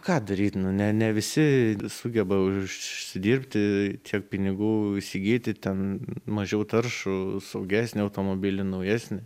ką daryt nu ne ne visi sugeba užsidirbti tiek pinigų įsigyti ten mažiau taršų saugesnį automobilį naujesnį